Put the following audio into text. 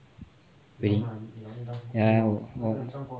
really ya 我